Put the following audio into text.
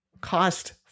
cost